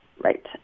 Right